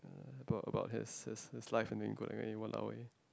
about about his his his life and everything and you go like !walao! eh